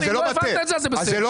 לא הבנת את זה, אז זה בסדר.